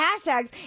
hashtags